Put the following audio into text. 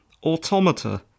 Automata